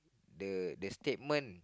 the the statement